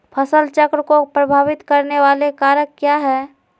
फसल चक्र को प्रभावित करने वाले कारक क्या है?